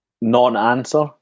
non-answer